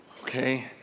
okay